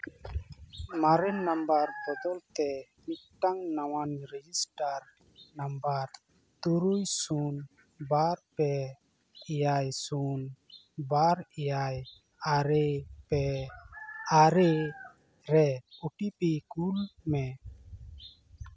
ᱢᱟᱨᱮᱱ ᱱᱟᱢᱵᱟᱨ ᱵᱚᱫᱚᱞ ᱛᱮ ᱢᱤᱫᱴᱟᱱ ᱱᱟᱣᱟᱱ ᱨᱮᱡᱤᱥᱴᱟᱨ ᱱᱟᱢᱵᱟᱨ ᱛᱩᱨᱩᱭ ᱥᱩᱱ ᱵᱟᱨ ᱯᱮ ᱮᱭᱟᱭ ᱥᱩᱱ ᱵᱟᱨ ᱮᱭᱟᱭ ᱟᱨᱮ ᱯᱮ ᱟᱨᱮ ᱨᱮ ᱳᱴᱤᱯᱤ ᱠᱩᱞ ᱢᱮ